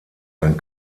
ein